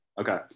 okay